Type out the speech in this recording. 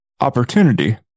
opportunity